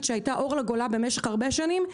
שהייתה אור לגולה במשך הרבה שנים.